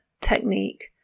technique